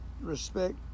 respect